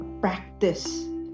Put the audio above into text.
practice